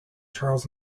charles